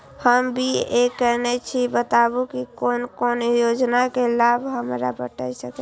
हम बी.ए केनै छी बताबु की कोन कोन योजना के लाभ हमरा भेट सकै ये?